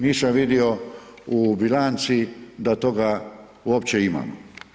Nisam vidio u bilanci da toga uopće imamo.